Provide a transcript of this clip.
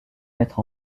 mettre